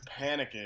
panicking